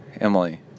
Emily